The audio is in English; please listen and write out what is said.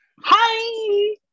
Hi